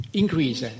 increase